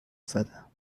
زدم